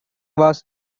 was